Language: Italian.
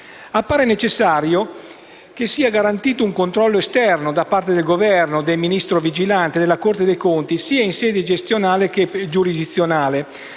Appare necessario che sia garantito un controllo esterno da parte del Governo, del Ministero vigilante e della Corte dei conti (sia gestionale che giurisdizionale),